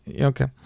okay